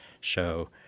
show